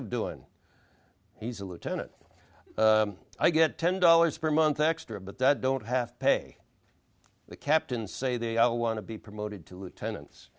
of doing he's a lieutenant i get ten dollars per month extra but that don't half pay the captain say they all want to be promoted to lieutenants